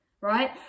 right